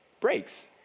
Breaks